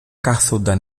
κάθουνταν